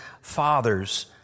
father's